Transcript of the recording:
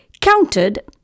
counted